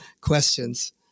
questions